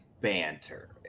banter